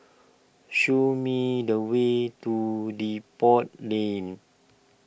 show me the way to Depot Lane